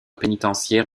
pénitentiaire